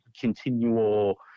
continual